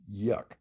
Yuck